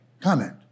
comment